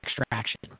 extraction